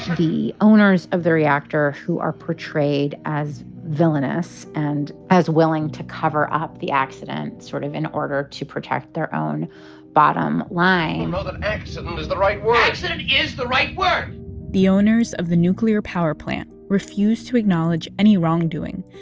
the owners of the reactor who are portrayed as villainous and as willing to cover up the accident, sort of in order to protect their own bottom line know that accident is the right word accident is the right word the owners of the nuclear power plant refused to acknowledge any wrongdoing,